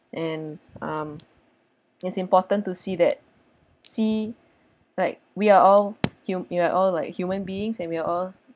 and um it's important to see that see like we are all hu~ you know all like human beings and we are all